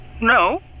No